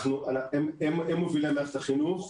הם מובילי מערכת החינוך.